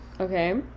Okay